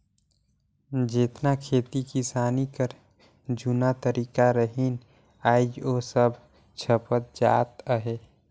जेतना खेती किसानी कर जूना तरीका रहिन आएज ओ सब छपत जात अहे